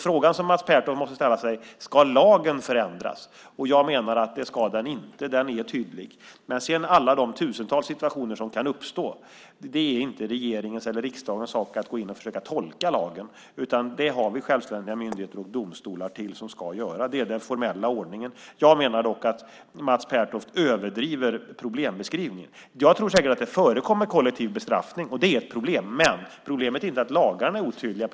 Frågan som Mats Pertoft måste ställa sig är: Ska lagen förändras? Jag menar att den inte ska det. Den är tydlig. När det sedan gäller alla de tusentals situationer som kan uppstå är det inte regeringens eller riksdagens sak att gå in och försöka tolka lagen. Det har vi självständiga myndigheter och domstolar som ska göra. Det är den formella ordningen. Jag menar dock att Mats Pertoft överdriver problembeskrivningen. Jag tror säkert att det förekommer kollektiv bestraffning. Det är ett problem. Men problemet är inte att lagarna är otydliga.